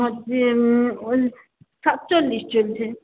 হচ্ছে ওই সাতচল্লিশ চলছে